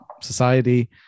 society